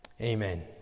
Amen